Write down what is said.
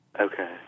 Okay